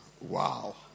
Wow